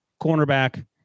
cornerback